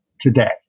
today